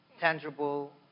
tangible